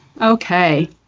Okay